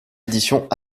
éditions